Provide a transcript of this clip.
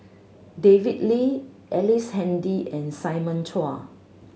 David Lee Ellice Handy and Simon Chua